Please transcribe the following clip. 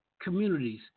communities